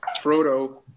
Frodo